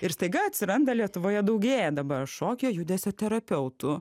ir staiga atsiranda lietuvoje daugėja dabar šokio judesio terapeutų